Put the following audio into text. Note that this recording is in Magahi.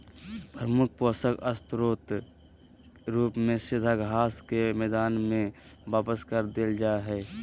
प्रमुख पोषक स्रोत रूप में सीधा घास के मैदान में वापस कर देल जा हइ